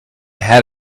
had